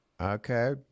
Okay